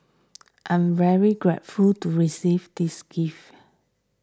I'm very grateful to receive these gifts